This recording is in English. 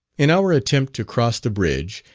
in our attempt to cross the bridge,